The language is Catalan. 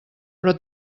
però